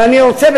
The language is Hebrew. אבל אני רוצה,